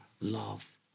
love